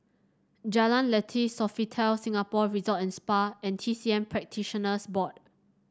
Jalan Lateh Sofitel Singapore Resort and Spa and T C M Practitioners Board